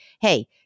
hey